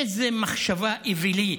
איזה מחשבה אווילית.